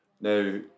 Now